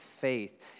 faith